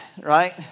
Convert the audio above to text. Right